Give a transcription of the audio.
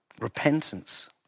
Repentance